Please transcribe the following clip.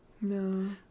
No